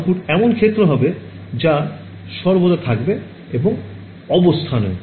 output এমন ক্ষেত্র হবে যা সর্বদা থাকবে এবং অবস্থানেও